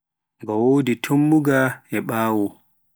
nga wodi tumbunga e ɓaawo.